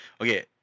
Okay